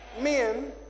Men